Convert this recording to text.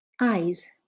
Eyes